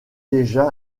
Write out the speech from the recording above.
déjà